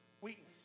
weakness